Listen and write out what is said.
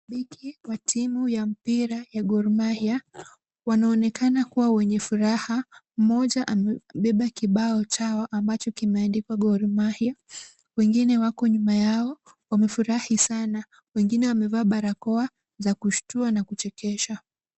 Mashabiki wa timu ya mpira ya Gor Mahia , wanaonekana kuwa wenye furaha, mmoja amebeba kibao chao ambacho kimeandikwa Gor Mahia .Wengine wako nyuma yao wamefurahi sana. Wengine wamevaa barakoa za kushtua na kuchekesha.